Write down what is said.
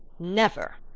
never.